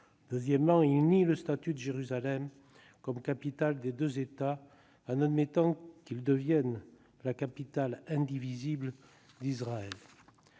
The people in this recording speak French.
d'autre part, il nie le statut de Jérusalem comme capitale des deux États, en admettant qu'il devienne la capitale indivisible d'Israël.